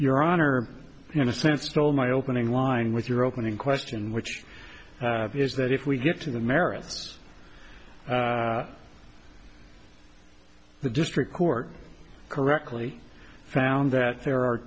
your honor in a sense stole my opening line with your opening question which is that if we get to the merits the district court correctly found that there are